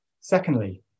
secondly